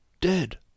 dead